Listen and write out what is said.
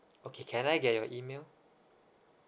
okay can I get your email